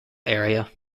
area